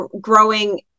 Growing